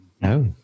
No